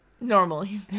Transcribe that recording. normally